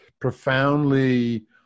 profoundly